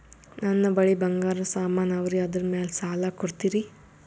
ನನ್ನ ಬಳಿ ಬಂಗಾರ ಸಾಮಾನ ಅವರಿ ಅದರ ಮ್ಯಾಲ ಸಾಲ ಕೊಡ್ತೀರಿ?